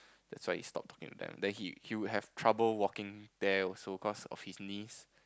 that's why he stopped talking to them then he he would have trouble walking there also cause of his knees